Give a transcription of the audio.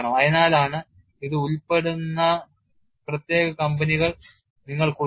അതിനാലാണ് ഇതിൽ ഉൾപ്പെടുന്ന പ്രത്യേക കമ്പനികൾ നിങ്ങൾക്ക് ഉള്ളത്